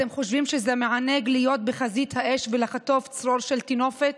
אתם חושבים שזה מענג להיות בחזית האש ולחטוף צרור של טינופת?